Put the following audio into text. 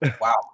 Wow